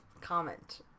comment